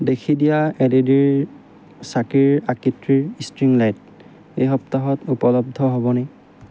দেশীদিয়া এডেডিৰ চাকিৰ আকৃতিৰ ষ্ট্ৰিং লাইট এই সপ্তাহত উপলব্ধ হ'বনে